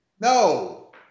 No